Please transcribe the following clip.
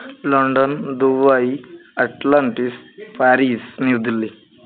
London Dubai Atlantis Paris New Delhi